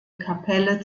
kapelle